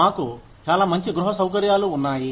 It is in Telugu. మాకు చాలా మంచి గృహ సౌకర్యాలు ఉన్నాయి